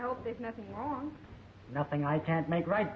i don't think nothing wrong nothing i can't make right